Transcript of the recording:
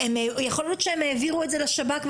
ויכול להיות שהם העבירו את זה לשב"כ,